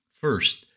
First